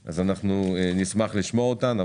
אז נשמח לשמוע אותן.